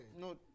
No